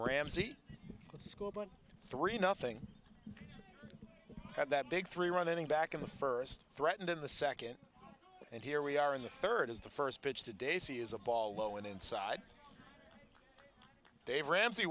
ramsey school but three nothing had that big three running back in the first threatened in the second and here we are in the third is the first pitch today c is a ball low and inside dave ramsey